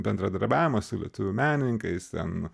bendradarbiavimas su lietuvių menininkais ten